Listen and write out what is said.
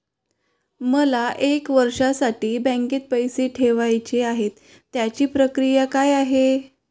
मला एक वर्षासाठी बँकेत पैसे ठेवायचे आहेत त्याची प्रक्रिया काय?